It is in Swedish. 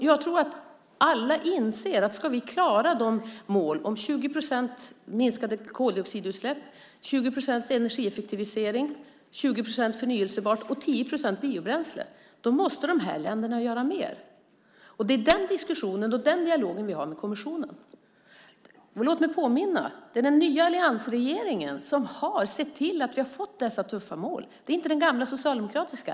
Jag tror att alla inser att om vi ska klara de mål om 20 procent minskade koldioxidutsläpp, 20 procents energieffektivisering, 20 procent förnybart och 10 procent biobränsle måste de här länderna göra mer. Det är den diskussionen och den dialogen som vi har med kommissionen. Låt mig påminna om att det är den nya alliansregeringen som har sett till att vi har fått dessa tuffa mål, inte den gamla socialdemokratiska.